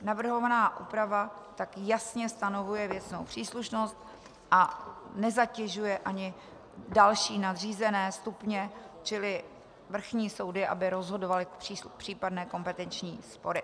Navrhovaná úprava tak jasně stanovuje věcnou příslušnost a nezatěžuje ani další nadřízené stupně, čili vrchní soudy, aby rozhodovaly případné kompetenční spory.